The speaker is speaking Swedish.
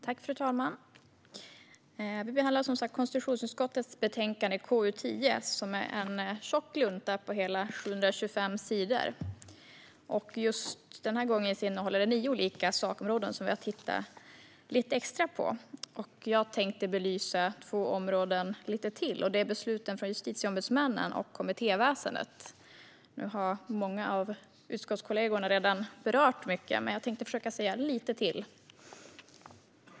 Fru talman! Vi behandlar som sagt konstitutionsutskottets betänkande KU10, som är en tjock lunta på hela 725 sidor. Denna gång innehåller den nio olika sakområden som vi har tittat lite extra på. Jag tänkte belysa två områden lite till, och det är besluten från justitieombudsmännen och kommittéväsendet. Nu har många av utskottskollegorna redan berört mycket, men jag tänkte försöka säga lite till.